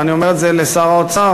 ואני אומר את זה לשר האוצר,